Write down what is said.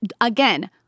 Again